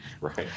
Right